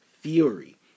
Fury